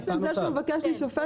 עצם זה שהוא מבקש להישפט,